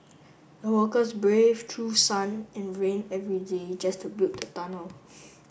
the workers braved through sun and rain every day just to build the tunnel